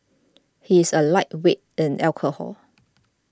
he is a lightweight in alcohol